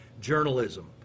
journalism